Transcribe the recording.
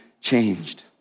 changed